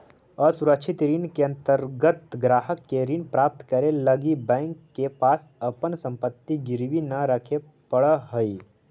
असुरक्षित ऋण के अंतर्गत ग्राहक के ऋण प्राप्त करे लगी बैंक के पास अपन संपत्ति गिरवी न रखे पड़ऽ हइ